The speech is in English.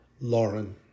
Lauren